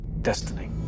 Destiny